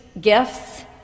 gifts